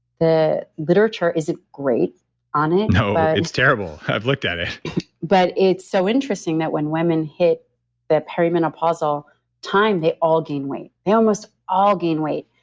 the literature isn't great on it no, it's terrible. i've looked at it but it's so interesting that when women hit the perimenopausal time, they all gain weight. they almost all gain weight,